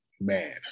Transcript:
man